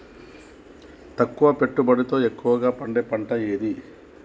తక్కువ పెట్టుబడితో ఎక్కువగా పండే పంట ఏది?